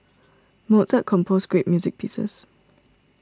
Mozart composed great music pieces